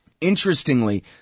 Interestingly